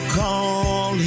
call